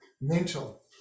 mental